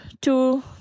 two